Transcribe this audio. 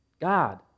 God